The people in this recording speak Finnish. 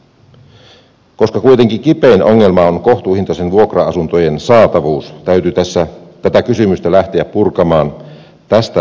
koska kuitenkin kipein ongelma on kohtuuhintaisten vuokra asuntojen saatavuus täytyy tässä tätä kysymystä lähteä purkamaan tästä näkökulmasta